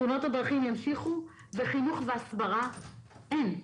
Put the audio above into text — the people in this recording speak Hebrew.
תאונות הדרכים ימשיכו וחינוך והסברה אין.